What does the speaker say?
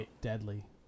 deadly